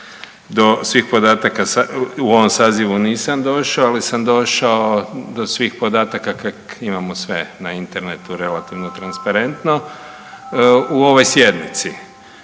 do svih podataka u ovom sazivu nisam došao, ali sam došao do svih podataka kako imamo sve na internetu relativno transparentno u ovoj sjednici.